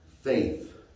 Faith